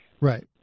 Right